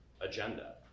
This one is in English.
agenda